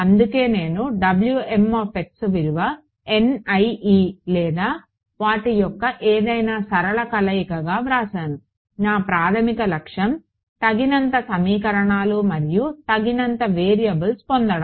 అందుకే నేను విలువ లేదా వాటి యొక్క ఏదైనా సరళ కలయికగా వ్రాసాను నా ప్రాథమిక లక్ష్యం తగినంత సమీకరణాలు మరియు తగినంత వేరియబుల్స్ పొందడం